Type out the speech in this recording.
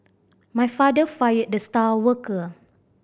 my father fired the star worker